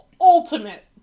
ultimate